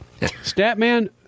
Statman